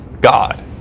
God